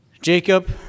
Jacob